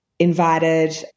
invited